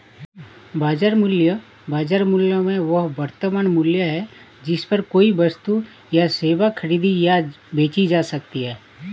बाजार मूल्य, बाजार मूल्य में वह वर्तमान मूल्य है जिस पर कोई वस्तु या सेवा खरीदी या बेची जा सकती है